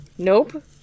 Nope